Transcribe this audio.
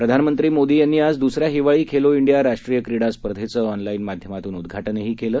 प्रधानमंत्री मोदी यांनी आज दुसऱ्या हिवाळी खेलो इंडिया राष्ट्रीय क्रीडा स्पर्धेचं ऑनलाईन माध्यमातून उद्वाटन केलं